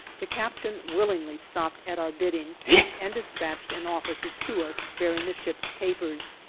the captain willingly stopped at our bidding and dispatched an officer to us bearing the ship's papers.